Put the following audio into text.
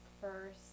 first